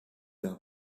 d’un